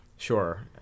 Sure